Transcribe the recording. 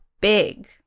big